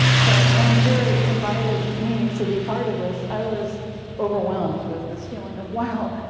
so when jerry invited me to be part of this, i was overwhelmed with this feeling of, wow,